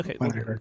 Okay